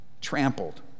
Trampled